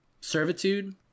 servitude